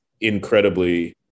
incredibly